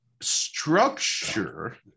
structure